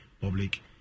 public